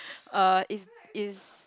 err is is